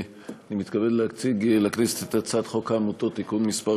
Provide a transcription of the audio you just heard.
אני מתכבד להציג לכנסת את הצעת חוק העמותות (תיקון מס'